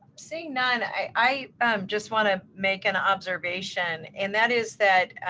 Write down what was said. seeing none, i just want to make an observations and that is that